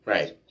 Right